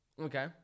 Okay